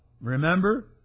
Remember